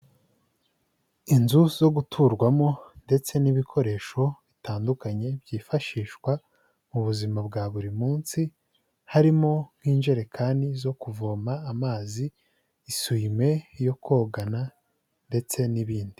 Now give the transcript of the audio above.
Inzu zo guturwamo ndetse n'ibikoresho bitandukanye byifashishwa mu buzima bwa buri munsi, harimo nk'injerekani zo kuvoma amazi, isume yo kogana ndetse n'ibindi.